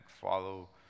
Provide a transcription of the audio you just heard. follow